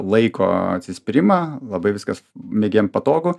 laiko atsispyrimą labai viskas mėgėjam patogu